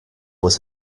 was